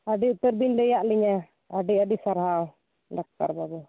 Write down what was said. ᱟᱹᱰᱤ ᱩᱛᱟᱹᱨ ᱵᱮᱱ ᱞᱟᱹᱭᱟᱫ ᱞᱤᱧᱟᱹ ᱟᱹᱰᱤ ᱟᱹᱰᱤ ᱥᱟᱨᱦᱟᱣ ᱰᱟᱠᱛᱟᱨ ᱵᱟᱵᱩ